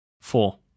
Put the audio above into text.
Four